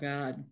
God